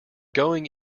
going